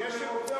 רוצה או לא רוצה.